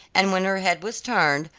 and when her head was turned,